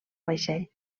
vaixell